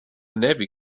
navy